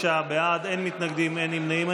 46 בעד, אין מתנגדים, אין נמנעים.